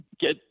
get